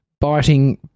biting